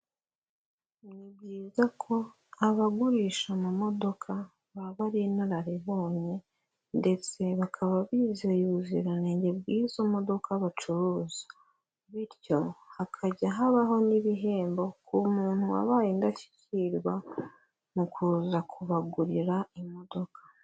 Ni byiza ko abagurisha amamodoka baba ari inararibonye ndetse bakaba bizeye ubuziranenge bw'izo modoka bacuruza, bityo hakajya habaho n'ibihembo ku muntu wabaye indashyikirwa mu kuza kubagurira imodoka.